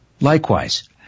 Likewise